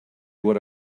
what